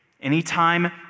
anytime